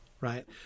right